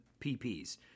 PPs